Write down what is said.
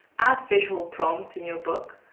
add visual prompts in your book,